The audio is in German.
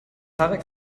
tarek